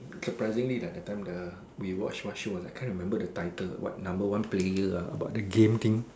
surprisingly like that time the we watch what show ah I can't remember the title what number one player ah about the game thing